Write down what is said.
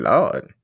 Lord